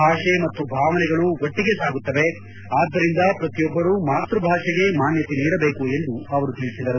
ಭಾಷೆ ಮತ್ತು ಭಾವನೆಗಳು ಒಟ್ಟಿಗೆ ಸಾಗುತ್ತವೆ ಆದ್ದರಿಂದ ಪ್ರತಿಯೊಬ್ಬರು ಮಾತೃಭಾಷೆಗೆ ಮಾನ್ಯತೆ ನೀಡಬೇಕು ಎಂದು ಅವರು ಹೇಳಿದರು